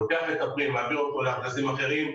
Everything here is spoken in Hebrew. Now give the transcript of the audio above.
לוקח את הפרי ומעביר אותו לארגזים אחרים?